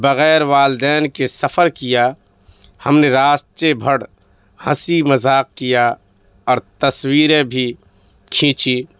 بغیر والدین کے سفر کیا ہم نے راستے بھر ہنسی مذاق کیا اور تصویریں بھی کھینچی